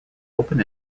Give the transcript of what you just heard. open